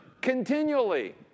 continually